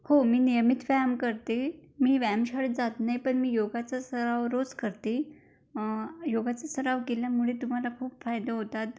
हो मी नियमित व्यायाम करते मी व्यायाम शाळेत जात नाही पण मी योगाचा सराव रोज करते योगाचा सराव केल्यामुळे तुम्हाला खूप फायदा होतात